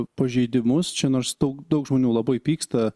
pažeidimus čia nors daug daug žmonių labai pyksta